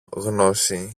γνώση